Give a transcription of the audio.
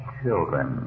children